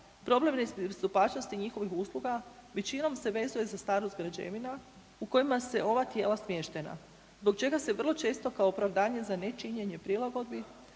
problem nepristupačnosti njihovih usluga većinom se vezuje za starost građevina u kojima se ova tijela smještena zbog čega se vrlo često kao opravdanje za nečinjenje prilagodbi